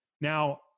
Now